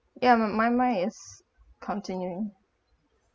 ya but my mine is continuing